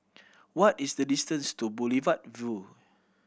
what is the distance to Boulevard Vue